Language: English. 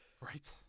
right